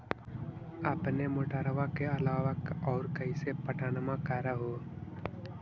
अपने मोटरबा के अलाबा और कैसे पट्टनमा कर हू?